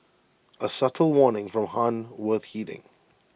A subtle warning from han worth heeding